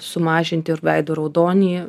sumažint ir veido raudonį